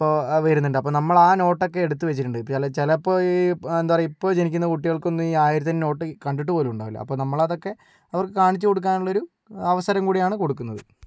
ഇപ്പോൾ ആ വരുന്നുണ്ട് അപ്പോൾ നമ്മൾ ആ നോട്ടൊക്കെ എടുത്തു വച്ചിട്ടുണ്ട് ചിലപ്പോൾ ഈ എന്താ പറയുക ഇപ്പോൾ ജനിക്കുന്ന കുട്ടികൾക്കൊന്നും ഈ ആയിരത്തിന്റെ നോട്ട് കണ്ടിട്ട് പോലുമുണ്ടാവില്ല അപ്പോൾ നമ്മളതൊക്കെ അവർക്ക് കാണിച്ചു കൊടുക്കാനുള്ളൊരു അവസരം കൂടിയാണ് കൊടുക്കുന്നത്